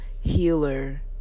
healer